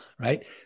Right